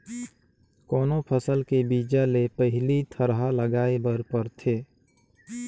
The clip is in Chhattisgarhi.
कोनो फसल के बीजा ले पहिली थरहा लगाए बर परथे